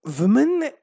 women